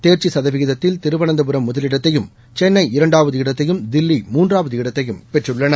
தேர்ச்சி சதவிகிதத்தில் திருவனந்தபுரம் முதலிடத்தையும் சென்னை இரண்டாவது இடத்தையும் தில்லி மூன்றாவது இடத்தையும் பெற்றுள்ளன